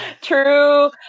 true